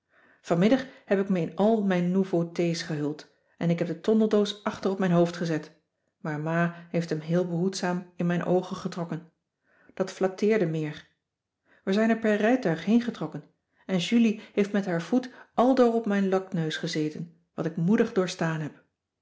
vanmiddag heb ik me in al mijn nouveauté's gehuld en ik heb de tondeldoos achter op mijn hoofd gezet maar ma heeft hem heel behoedzaam in mijn oogen getrokken dat flatteerde meer we zijn er per rijtuig heen getrokken en julie heeft met haar voet aldoor op mijn lakneus gezeten wat ik moedig doorstaan heb